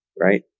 right